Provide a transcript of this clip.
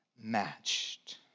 matched